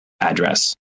address